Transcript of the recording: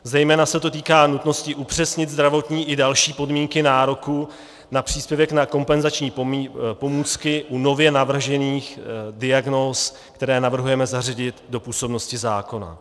Zejména se to týká nutnosti upřesnit zdravotní i další podmínky nároku na příspěvek na kompenzační pomůcky u nově navržených diagnóz, které navrhujeme zařadit do působnosti zákona.